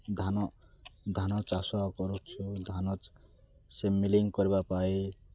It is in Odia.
ଧାନ ଧାନ ଚାଷ କରୁଛୁ ଧାନ କରିବା ପାଇଁ